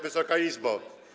Wysoka Izbo!